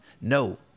No